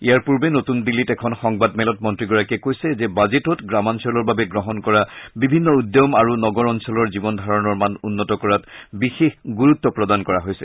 ইয়াৰ পূৰ্বে নতুন দিল্লীত এখন সংবাদমেলত মন্ত্ৰীগৰাকীয়ে কৈছে যে বাজেটত গ্ৰামাঞ্চলৰ বাবে গ্ৰহণ কৰা বিভিন্ন উদ্যম আৰু নগৰ অঞ্চলৰ জীৱন ধাৰণৰ মান উন্নত কৰাত বিশেষ গুৰুত্ব প্ৰদান কৰা হৈছে